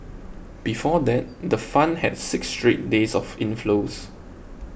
before that the fund had six straight days of inflows